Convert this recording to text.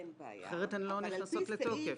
אחרת, הן לא נכנסות לתוקף.